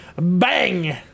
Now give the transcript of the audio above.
Bang